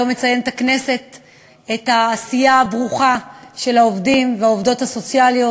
היום מציינת הכנסת את העשייה הברוכה של העובדים והעובדות הסוציאליים,